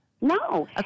No